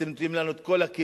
אתם נותנים לנו את כל הכלים.